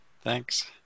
Thanks